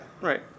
right